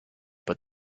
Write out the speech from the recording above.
but